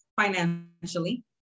financially